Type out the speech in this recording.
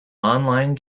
online